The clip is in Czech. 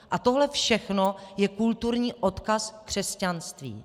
A tohle všechno je kulturní odkaz křesťanství.